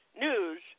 news